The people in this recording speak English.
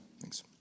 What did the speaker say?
Thanks